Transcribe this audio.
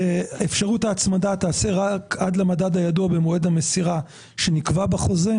אפשרות ההצמדה תיעשה רק עד למדד היעוד במועד המסירה שנקבע בחוזה,